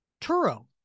Turo